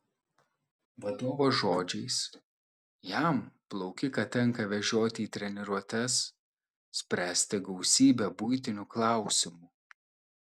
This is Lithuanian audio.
vadovo žodžiais jam plaukiką tenka vežioti į treniruotes spręsti gausybę buitinių klausimų